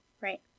Right